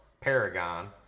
Paragon